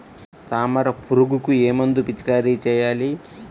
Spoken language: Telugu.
తామర పురుగుకు ఏ మందు పిచికారీ చేయాలి?